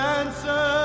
answer